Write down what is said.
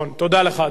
תודה לך, אדוני.